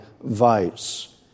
vice